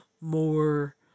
more